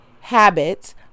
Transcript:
habits